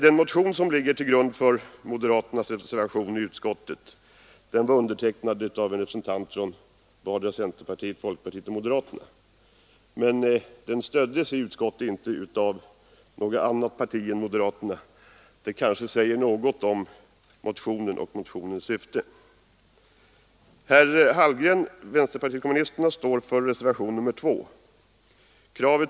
Den motion som ligger till grund för moderaternas reservation i utskottet var undertecknad av en representant för vardera centerpartiet, folkpartiet och moderaterna, men den stöddes inte i utskottet av något annat parti än moderaterna. Det säger kanske något om motionen och dess syfte. Herr Hallgren i vänsterpartiet kommunisterna står för reservationen 2.